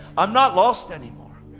i'm not lost anymore.